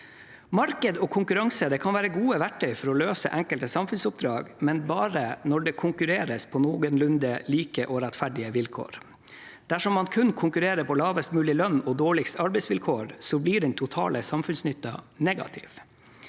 Marked og konkurranse kan være gode verktøy for å løse enkelte samfunnsoppdrag, men bare når det konkurreres på noenlunde like og rettferdige vilkår. Dersom man kun konkurrerer på lavest mulig lønn og dårligst arbeidsvilkår, blir den totale samfunnsnytten negativ.